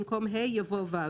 במקום "ה" יבוא "ו".